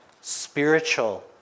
spiritual